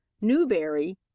Newberry